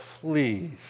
please